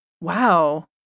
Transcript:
Wow